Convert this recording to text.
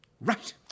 Right